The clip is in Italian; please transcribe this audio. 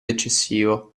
eccessivo